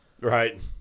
right